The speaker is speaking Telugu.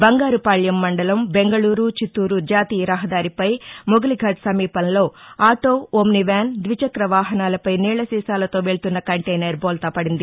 బంగారుపాళ్యం మండలం బెంగళూరు చిత్తూరు జాతీయ రహదారిపై మొగిలిఘాట్ సమీపంలోఆటో ఓమ్ని వ్యాన్ ద్విచక్ర వాహనాలపై నీళ్ల సీసాలతో వెఱ్తున్నకంటైనర్ బోల్తాపడింది